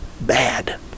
bad